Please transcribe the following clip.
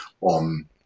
on